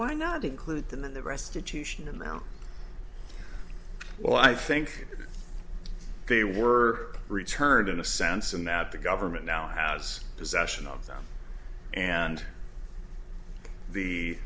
why not include them in the restitution amount well i think they were returned in a sense and that the government now has